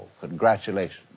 congratulations